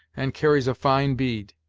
and carries a fine bead.